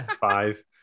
five